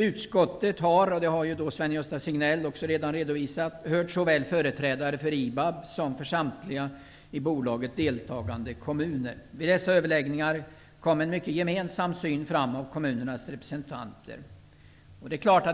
Utskottet har -- det har Sven-Gösta Signell redan redovisat -- hört företrädare för såväl IBAB som samtliga i bolaget deltagande kommuner. Vid överläggningarna kom en gemensam syn fram hos kommunernas representanter.